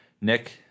Nick